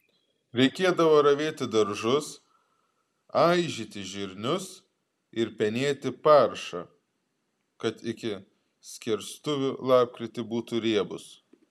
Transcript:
reikėdavo ravėti daržus aižyti žirnius ir penėti paršą kad iki skerstuvių lapkritį būtų riebus